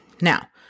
Now